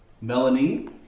Melanie